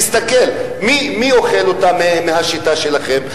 תסתכל, מי אוכל אותה מהשיטה שלכם?